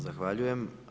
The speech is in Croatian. Zahvaljujem.